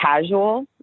casual